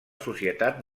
societat